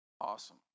Awesome